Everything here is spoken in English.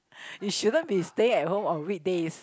you shouldn't be staying at home on weekdays